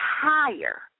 higher